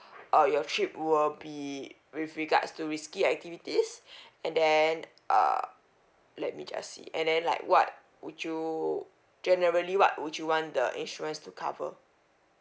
uh your trip will be with regards to risky activities and then uh let me just see and then like what would you generally what would you want the insurance to cover